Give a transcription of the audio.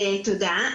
תודה,